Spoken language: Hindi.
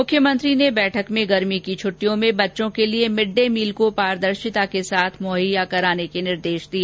मुख्यमंत्री ने बैठक में गर्मी की छट्टिटयों में बच्चों के लिए मिड डे मील को पारदर्शिता के साथ मुहैया कराने के निर्देश दिए